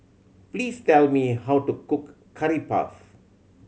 please tell me how to cook Curry Puff